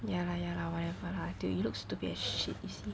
ya lah ya lah whatever lah dude you look stupid as shit you see